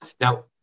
Now